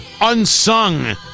unsung